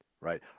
right